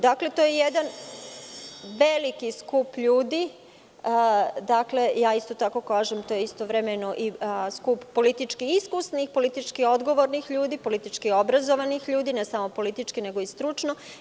Dakle, to je jedan veliki skup ljudi, isto tako kažem to je istovremeno i skup politički iskusnih, politički odgovornih ljudi, politički obrazovanih ljudi, ne samo politički, nego i stručno.